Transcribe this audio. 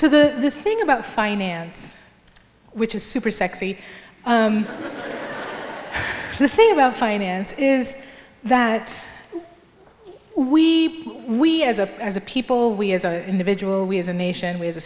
so the thing about finance which is super sexy thing about finance is that we we as a as a people we as a individual we as a nation we as a